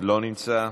לא נמצא,